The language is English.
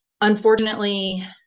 unfortunately